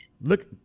Look